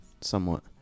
somewhat